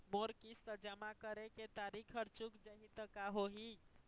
मोर किस्त जमा करे के तारीक हर चूक जाही ता का होही?